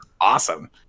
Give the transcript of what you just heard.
awesome